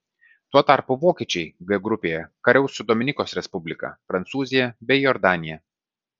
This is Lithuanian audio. tuo tarpu vokiečiai g grupėje kariaus su dominikos respublika prancūzija bei jordanija